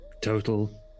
total